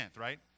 right